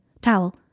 Towel